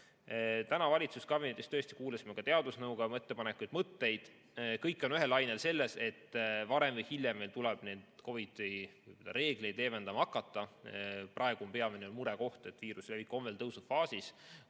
Täna valitsuskabinetis tõesti kuulasime ka teadusnõukoja ettepanekuid, mõtteid. Kõik on ühel lainel selles, et varem või hiljem meil tuleb COVID‑i reegleid leevendama hakata. Praegu on peamine murekoht, et viiruse levik on veel tõusufaasis.